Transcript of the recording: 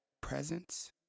presence